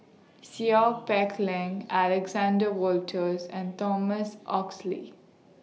Seow Peck Leng Alexander Wolters and Thomas Oxley